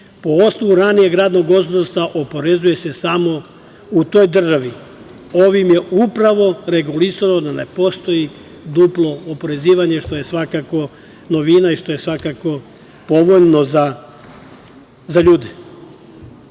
po osnovu ranijeg radnog odnosa oporezuju se samo u toj državi“. Ovim je upravo regulisano da ne postoji duplo oporezivanje, što je svakako novina i što je svakako povoljno za ljude. Pošto